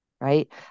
right